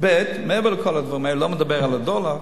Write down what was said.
מעבר לכל הדברים האלה, ואני לא מדבר על הדולר,